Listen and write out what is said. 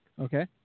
Okay